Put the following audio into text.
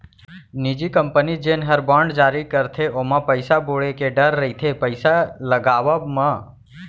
निजी कंपनी जेन हर बांड जारी करथे ओमा पइसा बुड़े के डर रइथे पइसा लगावब म